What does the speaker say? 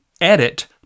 edit